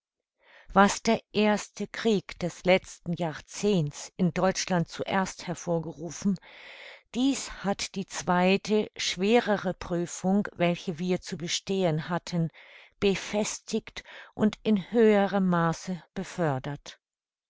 was der erste krieg des letzten jahrzehnts in deutschland zuerst hervorgerufen dies hat die zweite schwerere prüfung welche wir zu bestehen hatten befestigt und in höherem maße befördert